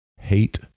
hate